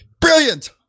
Brilliant